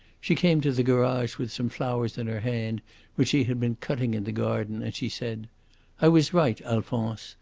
she came to the garage with some flowers in her hand which she had been cutting in the garden, and she said i was right, alphonse.